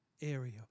area